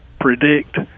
predict